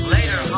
Later